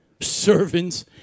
Servants